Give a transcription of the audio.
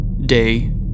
Day